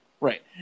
Right